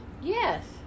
Yes